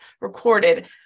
recorded